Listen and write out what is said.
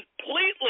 completely